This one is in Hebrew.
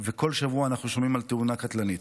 ובכל שבוע אנחנו שומעים על תאונה קטלנית.